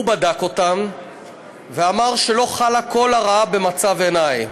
הוא בדק אותן ואמר שלא חלה כל הרעה במצב עיני.